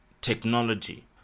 technology